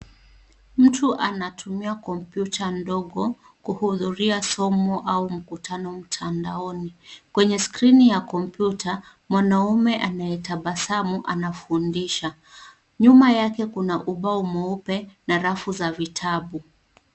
Mtu anatumia kompyuta ndogo kuhudhria somo au mkutano mtandaoni. Kwenye skrini ya kompyuta mwanamme anaye tabasamu anafundisha. Nyuma yake kuna ubao mweupe na rafu za vitabu.